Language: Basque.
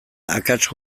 akats